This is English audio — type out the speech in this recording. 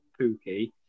Pookie